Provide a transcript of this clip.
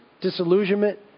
disillusionment